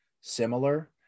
similar